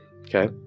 okay